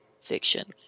fiction